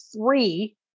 three